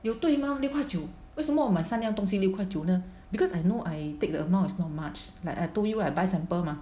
有对吗六块九为什么我买三样东西六块九 leh because I know I take the amount is not much like I told you I buy sample mah